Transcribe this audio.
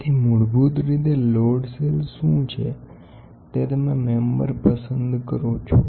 તેથી મૂળભૂત રીતે લોડ સેલ શું છે તે તમે મેમ્બર પસંદ કરો છો